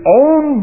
own